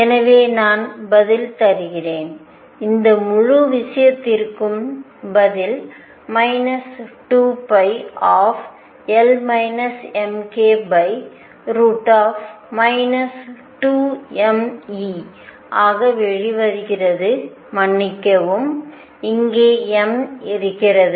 எனவே நான் பதில் தருகிறேன் இந்த முழு விஷயத்திற்கும் பதில் 2π ஆக வெளிவருகிறது மன்னிக்கவும் இங்கே m இருக்கிறது